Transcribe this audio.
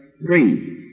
three